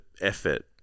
effort